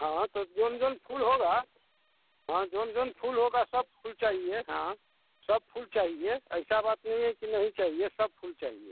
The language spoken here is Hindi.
हाँ हाँ तो जौन जौन फूल होगा हाँ जौन जौन फूल होगा सब फूल चाहिए हाँ सब फूल चाहिए ऐसा बात नहीं है कि नही चाहिए सब फूल चाहिए